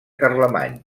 carlemany